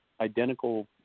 identical